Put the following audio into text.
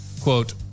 quote